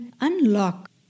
unlock